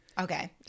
Okay